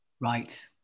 Right